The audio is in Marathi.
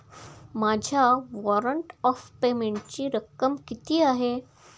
माझ्या वॉरंट ऑफ पेमेंटची रक्कम किती आहे?